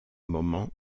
moment